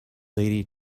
lady